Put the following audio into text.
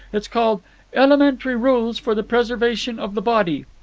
it is called elementary rules for the preservation of the body.